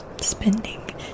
spending